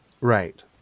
Right